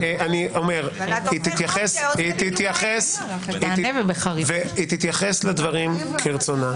היא תתייחס לדברים כרצונה.